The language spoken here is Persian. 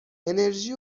انِرژی